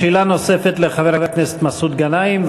שאלה נוספת לחבר הכנסת מסעוד גנאים.